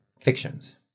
fictions